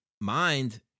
mind